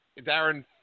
Darren